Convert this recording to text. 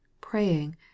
praying